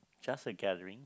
just a gathering